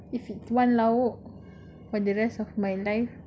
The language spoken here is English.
if it's one lauk for the rest of my life